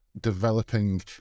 developing